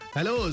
Hello